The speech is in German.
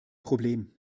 problem